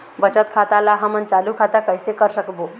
बचत खाता ला हमन चालू खाता कइसे कर सकबो?